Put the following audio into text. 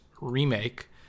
remake